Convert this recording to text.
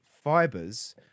fibers